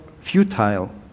futile